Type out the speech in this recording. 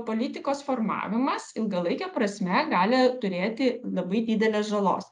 politikos formavimas ilgalaike prasme gali turėti labai didelės žalos